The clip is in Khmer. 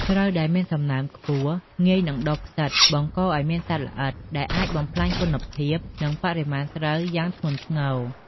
ស្រូវដែលមានសំណើមខ្ពស់ ងាយនឹងដុះផ្សិត បង្កឲ្យមានសត្វល្អិត ដែលអាចបំផ្លាញគុណភាព និងបរិមាណស្រូវយ៉ាងធ្ងន់ធ្ងរ។